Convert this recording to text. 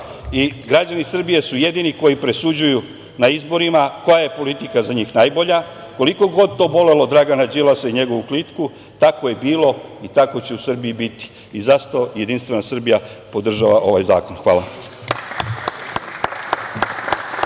i građani Srbije su jedini koji presuđuju na izborima koja je politika za njih najbolja, koliko god to bolelo Dragana Đilasa i njegovu klitku, tako je bilo i tako će u Srbiji biti i zato Jedinstvena Srbija podržava ovaj zakon. Hvala.